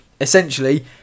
Essentially